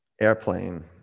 airplane